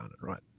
right